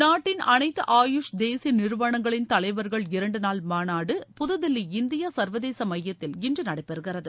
நாட்டின் அனைத்து ஆயுஷ் தேசிய நிறுவனங்களின் தலைவா்கள் இரண்டு நாள் மாநாடு புதுதில்லி இந்தியா சா்வதேச மையத்தில் இன்று நடைபெறுகிறது